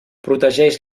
protegeix